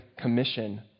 Commission